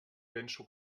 penso